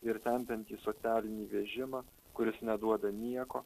ir tempiantys socialinį vežimą kuris neduoda nieko